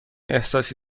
احساسی